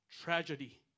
Tragedy